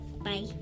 Bye